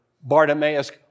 Bartimaeus